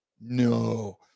No